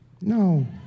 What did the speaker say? No